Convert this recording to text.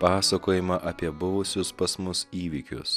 pasakojimą apie buvusius pas mus įvykius